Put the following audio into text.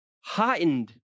Heightened